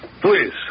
Please